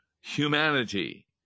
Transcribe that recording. humanity